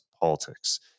politics